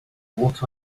what